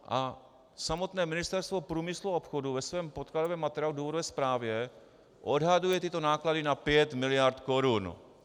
A samotné Ministerstvo průmyslu a obchodu ve svém podkladovém materiálu v důvodové správě odhaduje tyto náklady na 5 miliard korun.